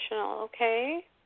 okay